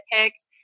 picked